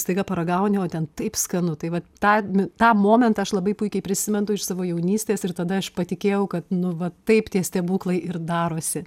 staiga paragauni o ten taip skanu tai va tą tą momentą aš labai puikiai prisimenu iš savo jaunystės ir tada aš patikėjau kad nu va taip tie stebuklai ir darosi